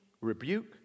rebuke